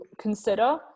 consider